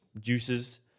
juices